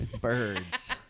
birds